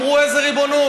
אמרו: איזה ריבונות?